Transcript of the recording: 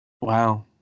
wow